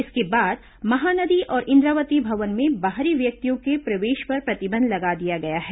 इसके बाद महानदी और इंद्रावती भवन में बाहरी व्यक्तियों के प्रवेश पर प्रतिबंध लगा दिया गया है